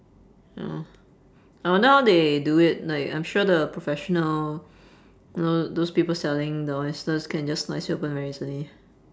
oh I wonder how they do it like I'm sure the professional you know those people selling the oysters can just nicely open very easily